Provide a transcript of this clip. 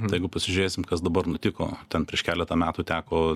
tai jeigu pasižiūrėsim kas dabar nutiko ten prieš keletą metų teko